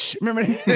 Remember